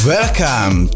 Welcome